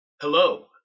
Hello